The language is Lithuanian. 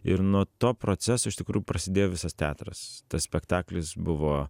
ir nuo to proceso iš tikrųjų prasidėjo visas teatras tas spektaklis buvo